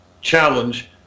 challenge